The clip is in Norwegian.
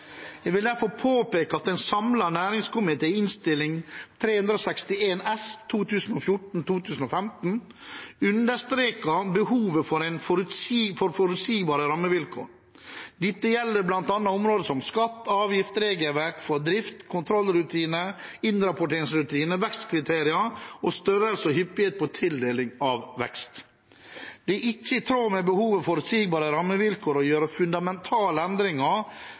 Jeg vil derfor påpeke at en samlet næringskomité i Innst. 361 S for 2014–2015 understreket behovet for forutsigbare rammevilkår. Dette gjelder bl.a. områder som skatt, avgift, regelverk for drift, kontrollrutiner, innrapporteringsrutiner, vekstkriterier og størrelse og hyppighet på tildeling av vekst. Det er ikke i tråd med behovet for forutsigbare rammevilkår å gjøre fundamentale endringer